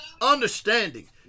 understanding